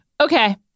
Okay